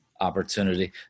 opportunity